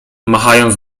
machając